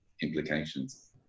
implications